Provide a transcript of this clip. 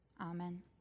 Amen